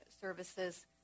services